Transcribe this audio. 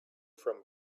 from